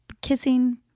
kissing